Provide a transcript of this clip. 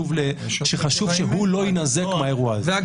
וחשוב שהוא לא יינזק מהאירוע הזה.